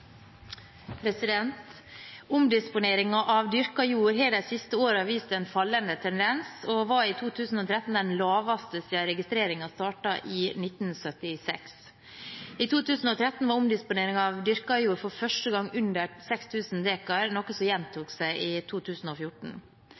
av dyrket jord har de siste årene vist en fallende tendens, og var i 2013 den laveste siden registreringen startet i 1976. I 2013 var omdisponeringen av dyrket jord for første gang under 6 000 dekar, noe som gjentok seg i 2014.